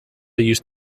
used